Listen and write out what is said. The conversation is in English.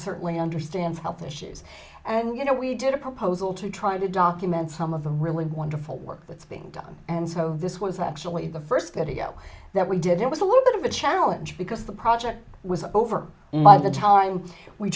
certainly understands health issues and you know we did a proposal to try to document some of the really wonderful work that's being done and so this was actually the first video that we did it was a little bit of a challenge because the project was over by the time we